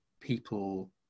people